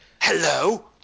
Hello